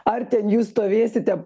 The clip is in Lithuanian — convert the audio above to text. ar ten jūs stovėsite